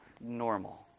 normal